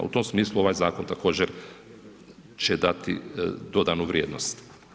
U tom smislu ovaj zakon također će dati dodanu vrijednost.